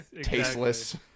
Tasteless